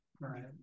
right